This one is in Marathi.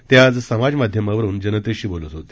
ते आज समाज माध्यमावरून जनतेशी बोलत होते